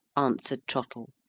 answered trottle,